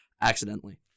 accidentally